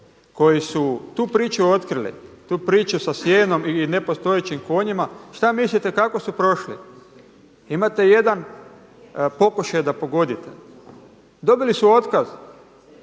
koji su tu priču otkrili, tu priču sa sijenom i nepostojećim konjima šta mislite kako su prošli? Imate jedan pokušaj da pogodite. Dobili su otkaz,